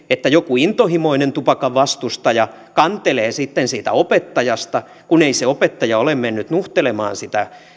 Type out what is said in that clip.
että joku intohimoinen tupakan vastustaja kantelee sitten siitä opettajasta kun ei opettaja ole mennyt nuhtelemaan sitä